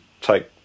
take